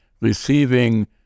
receiving